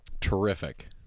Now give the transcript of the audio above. terrific